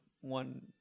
one